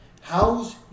How's